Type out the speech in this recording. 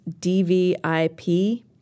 DVIP